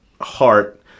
heart